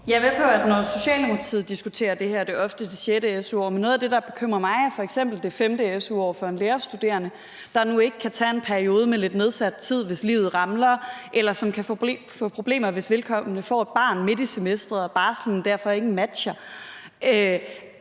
er med på, at når Socialdemokratiet diskuterer det her, er det ofte det sjette su-år, men noget af det, der bekymrer mig, er f.eks. det femte su-år for en lærerstuderende, der nu ikke kan tage en periode med lidt nedsat tid, hvis livet ramler, eller som kan få problemer, hvis vedkommende får et barn midt i semesteret og barslen derfor ikke matcher.